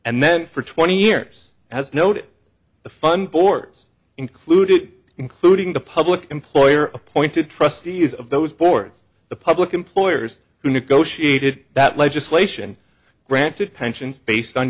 and then for twenty years as noted the fund boards included including the public employer appointed trustee is of those boards the public employers who negotiated that legislation granted pensions based on